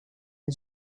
the